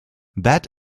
that